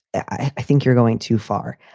i think you're going too far.